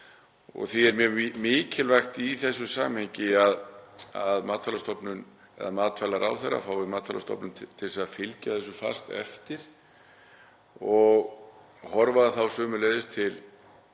Því er mjög mikilvægt í þessu samhengi að matvælaráðherra fái Matvælastofnun til þess að fylgja þessu fast eftir og horfa þá sömuleiðis til